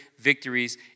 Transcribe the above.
victories